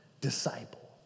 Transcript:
disciple